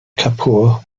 kapoor